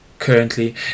Currently